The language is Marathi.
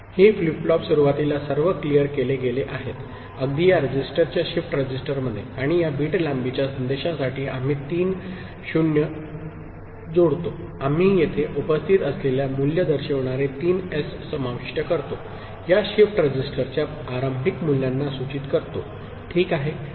हे फ्लिप फ्लॉप सुरुवातीला सर्व क्लिअर केले गेले आहेत अगदी या रजिस्टरच्या शिफ्ट रजिस्टरमध्ये आणि या बिट लांबीच्या संदेशासाठी आम्ही तीन 0 जोडतो आम्ही येथे उपस्थित असलेल्या मूल्य दर्शविणारे तीन एस समाविष्ट करतो या शिफ्ट रजिस्टरच्या आरंभिक मूल्यांना सूचित करतो ठीक आहे